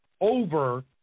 over